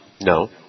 No